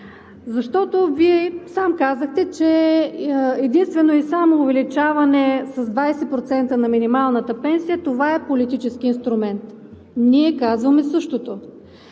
защото Вие сам казахте, че единствено и само увеличаване с 20% на минималната пенсия, това е политически инструмент. Ние казваме същото,